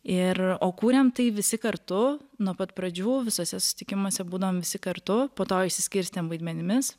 ir o kūrėm tai visi kartu nuo pat pradžių visuose susitikimuose būdavom visi kartu po to išsiskirstėm vaidmenimis